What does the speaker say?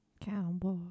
Cowboy